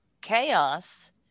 chaos